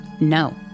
No